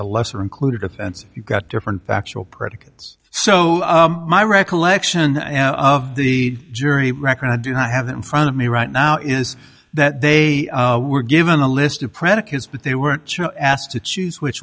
a lesser included offense you've got different factual predicates so my recollection of the jury record i do not have it in front of me right now is that they were given a list of predicates but they were asked to choose which